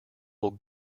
will